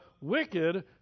wicked